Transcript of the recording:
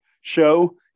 show